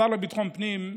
השר לביטחון הפנים,